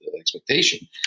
expectation